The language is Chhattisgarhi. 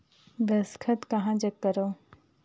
दस्खत कहा जग करो?